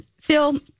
Phil